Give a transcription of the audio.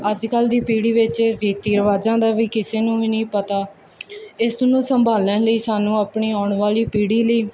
ਅੱਜ ਕੱਲ ਦੀ ਪੀੜੀ ਵਿੱਚ ਰੀਤੀ ਰਿਵਾਜਾਂ ਦਾ ਵੀ ਕਿਸੇ ਨੂੰ ਵੀ ਨਹੀਂ ਪਤਾ ਇਸ ਨੂੰ ਸੰਭਾਲਣ ਲਈ ਸਾਨੂੰ ਆਪਣੀ ਆਉਣ ਵਾਲੀ ਪੀੜੀ ਲਈ